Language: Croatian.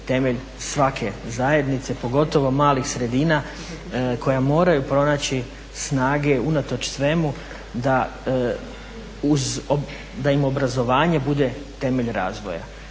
temelj svake zajednice pogotovo malih sredina koja moraju pronaći snage unatoč svemu da uz, da im obrazovanje bude temelj razvoja.